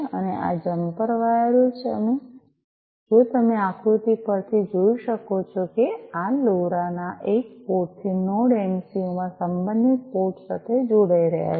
અને આ જમ્પર વાયરો જો તમે આકૃતિ પરથી જોઈ શકો છો કે આ લોરા ના એક પોર્ટથી નોડ એમસિયું માં સંબંધિત પોર્ટ સાથે જોડાઈ રહ્યા છે